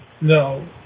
No